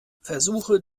versuche